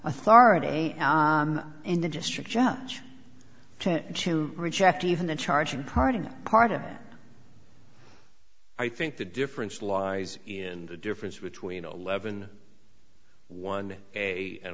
authority in the district judge to reject even the charging part in that part of i think the difference lies in the difference between eleven one a an